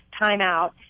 timeout